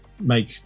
make